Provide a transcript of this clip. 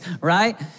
right